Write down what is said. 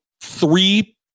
three